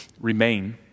Remain